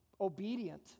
obedient